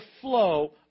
flow